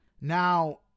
Now